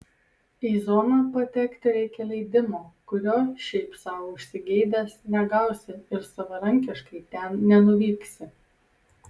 į zoną patekti reikia leidimo kurio šiaip sau užsigeidęs negausi ir savarankiškai ten nenuvyksi